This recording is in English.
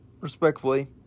respectfully